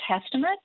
Testament